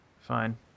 Fine